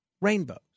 Rainbows